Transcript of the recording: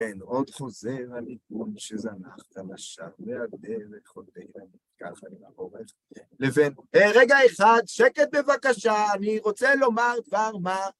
כן, עוד חוזר הניגון שזנחת לשווא, והדרך עודנה נפקחת לאורך, לבין, רגע אחד, שקט בבקשה, אני רוצה לומר דבר מה...